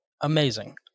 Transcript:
amazing